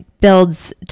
builds